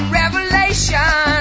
revelation